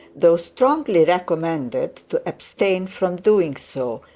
though strongly recommended to abstain from doing so,